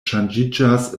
ŝanĝiĝas